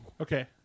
Okay